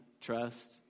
trust